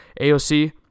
AOC